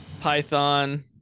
python